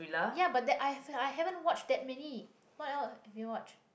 ya but that I I haven't watch that many what else have you watched